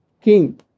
king